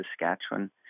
Saskatchewan